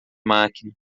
máquina